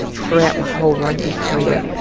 throughout my whole rugby career,